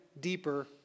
deeper